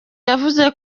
yavuze